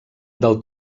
del